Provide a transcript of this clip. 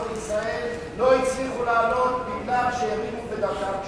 לישראל ולא הצליחו לעלות כי הערימו בדרכם קשיים.